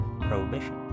prohibition